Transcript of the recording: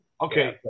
Okay